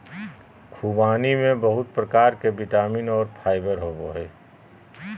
ख़ुबानी में बहुत प्रकार के विटामिन और फाइबर होबय हइ